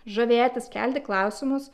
žavėtis kelti klausimus